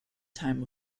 time